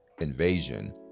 invasion